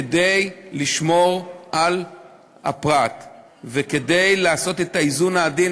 כדי לשמור על הפרט וכדי לעשות את האיזון העדין,